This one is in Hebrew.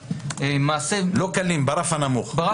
נשמע שזה לא נפרד, משהו